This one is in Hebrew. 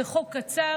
זה חוק קצר,